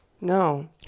No